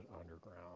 Underground